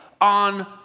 on